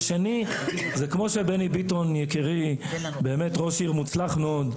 השני זה כמו שבני ביטון יקירי באמת ראש עיר מוצלח מאוד,